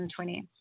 2020